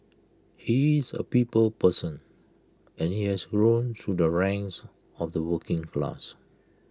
he is A people's person and he has grown through the ranks of the working class